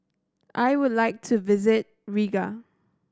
I would like to visit Riga